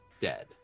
dead